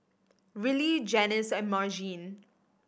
Rillie Janis and Margene